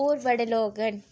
होर बड़े लोग न